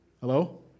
Hello